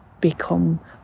become